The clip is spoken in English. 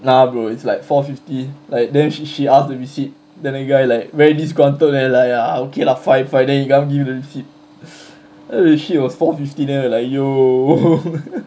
nah bro it's like four fifty like then she she asked the receipt then the guy like very disgruntled leh like ah okay lah fine fine then he come give her the receipt the shit was four fifty then we're like yo